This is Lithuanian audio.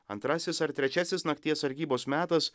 antrasis ar trečiasis nakties sargybos metas